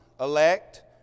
elect